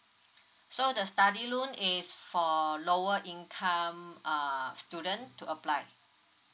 so the study loan is for lower income uh student to apply